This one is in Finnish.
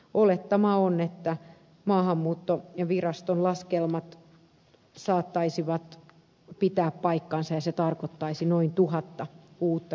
olettama on että maahanmuuttoviraston laskelmat saattaisivat pitää paikkansa ja se tarkoittaisi noin tuhatta uutta juttua